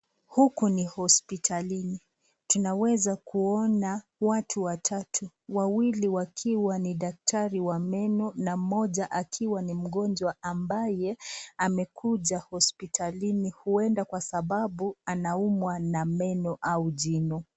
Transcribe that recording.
Huku ni hospitalini. Tunaweza kuona watu watatu, wawili wakiwa ni daktari wa meno na mmoja akiwa ni mgonjwa ambaye amekuja huenda kwa sababu anaumwa na meno au jino.